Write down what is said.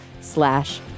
slash